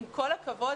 עם כל הכבוד,